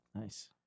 Nice